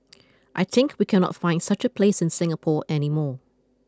I think we cannot find such a place in Singapore any more